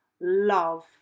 love